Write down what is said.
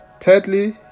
Thirdly